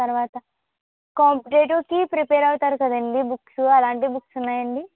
తర్వాత కాంపిటేటివ్కి ప్రిపేర్ అవుతారు కదండి బుక్సు అలాంటి బుక్స్ ఉన్నాయండి